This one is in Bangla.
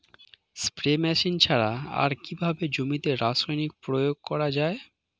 স্প্রে মেশিন ছাড়া আর কিভাবে জমিতে রাসায়নিক প্রয়োগ করা যায়?